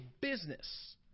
business